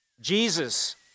Jesus